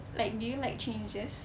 like do you like changes